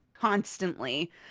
constantly